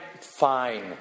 fine